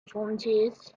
volunteers